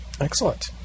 Excellent